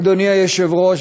אדוני היושב-ראש,